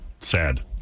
Sad